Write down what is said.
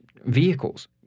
vehicles